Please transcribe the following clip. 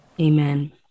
Amen